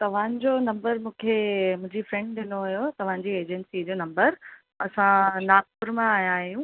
तव्हां जो नंबर मूंखे मुंहिंजी फ्रैंड ॾिनो हुयो तव्हां जी एजेंसी जो नंबर असां नागपुर मां आया आहियूं